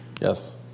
Yes